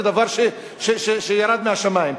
כדבר שירד מהשמים.